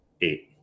eight